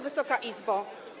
Wysoka Izbo!